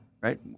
right